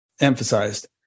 emphasized